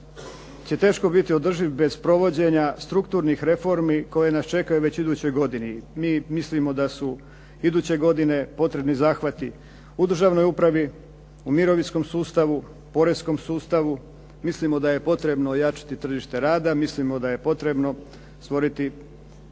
teško održiv bez provođenja strukturnih reformi koje nas čekaju već u idućoj godini. Mi mislimo da su iduće godine potrebni zahvati u državnoj upravi, u mirovinskom sustavu, poreskom sustavu, mislimo da je potrebno ojačati tržište rada, mislimo da je potrebno stvoriti